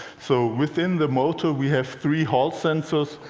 so within the motor, we have three hall sensors,